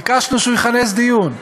ביקשנו שהוא יכנס דיון.